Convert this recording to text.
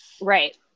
Right